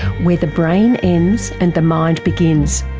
where the brain ends and the mind begins.